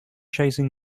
chasing